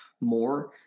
more